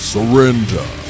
Surrender